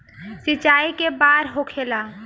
सिंचाई के बार होखेला?